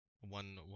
one